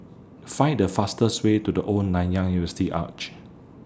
Find The fastest Way to The Old Nanyang University Arch